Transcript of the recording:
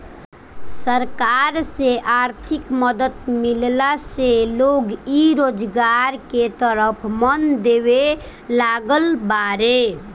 सरकार से आर्थिक मदद मिलला से लोग इ रोजगार के तरफ मन देबे लागल बाड़ें